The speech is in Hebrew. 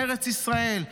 בארץ ישראל,